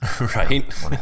right